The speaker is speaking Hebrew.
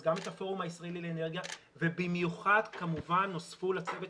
גם את הפורום הישראלי לאנרגיה ובמיוחד כמובן נוספו לצוות